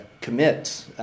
commit